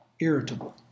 irritable